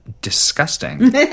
disgusting